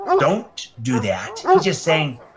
don't do that. he's just saying,